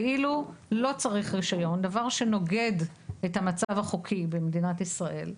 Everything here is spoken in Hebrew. כאילו לא צריך רישיון דבר שנוגד את המצב החוקי במדינת ישראל.